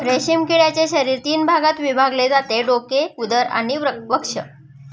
रेशीम किड्याचे शरीर तीन भागात विभागले जाते डोके, उदर आणि वक्ष